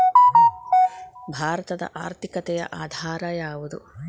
ಭಾರತದ ಆರ್ಥಿಕತೆಯ ಆಧಾರ ಯಾವುದು?